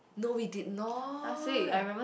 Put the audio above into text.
no we did not